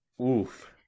Oof